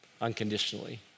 unconditionally